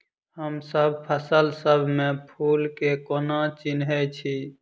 हमसब फसल सब मे फूल केँ कोना चिन्है छी?